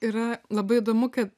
yra labai įdomu kad